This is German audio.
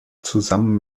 zusammen